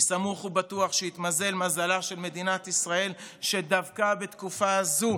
אני סמוך ובטוח שהתמזל מזלה של מדינת ישראל שדווקא בתקופה הזו